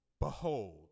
Behold